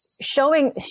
showing